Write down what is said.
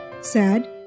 sad